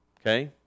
okay